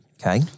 Okay